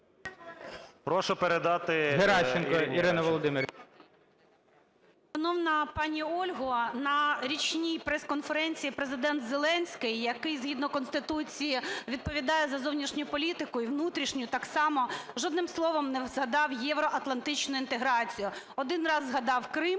ГЕРАЩЕНКО І.В. Шановна пані Ольго, на річній прес-конференції Президент Зеленський, який згідно Конституції відповідає за зовнішню політику, і внутрішню так само, жодним словом не згадав євроатлантичну інтеграцію. Один раз згадав Крим,